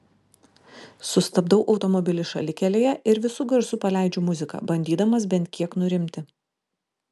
sustabdau automobilį šalikelėje ir visu garsu paleidžiu muziką bandydamas bent kiek nurimti